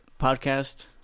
podcast